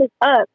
up